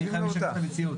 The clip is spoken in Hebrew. אני חי ונושם את המציאות.